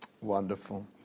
Wonderful